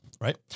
right